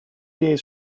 days